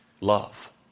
love